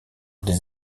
des